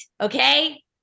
okay